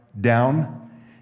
down